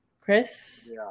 Chris